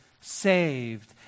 saved